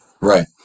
right